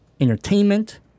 entertainment